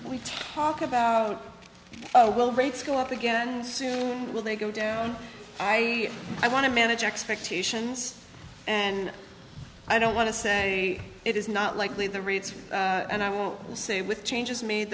we talk about oh well rates go up again soon will they go down i i want to manage expectations and i don't want to say it is not likely the rates and i won't say with changes made